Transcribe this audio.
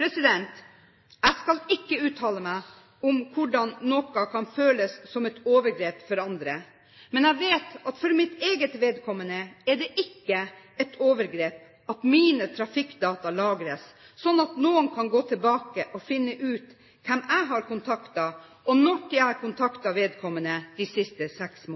Jeg skal ikke uttale meg om det kan føles som et overgrep for andre, men jeg vet at for mitt eget vedkommende er det ikke et overgrep at mine trafikkdata lagres, sånn at noen kan gå tilbake og finne ut hvem jeg har kontaktet, og når jeg har kontaktet vedkommende de siste seks